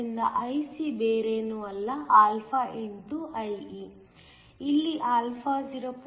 ಆದ್ದರಿಂದ IC ಬೇರೇನೂ ಅಲ್ಲ α x IE ಇಲ್ಲಿ α 0